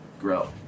grow